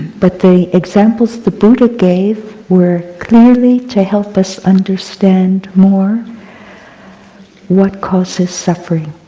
but the examples the buddha gave were clearly to help us understand more what causes suffering.